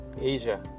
Asia